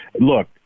look